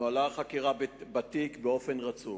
נוהלה החקירה בתיק באופן רצוף.